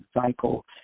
cycle